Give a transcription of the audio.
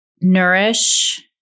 nourish